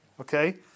Okay